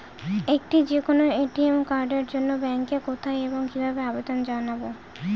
একটি যে কোনো এ.টি.এম কার্ডের জন্য ব্যাংকে কোথায় এবং কিভাবে আবেদন জানাব?